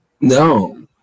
No